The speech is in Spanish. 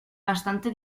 bastante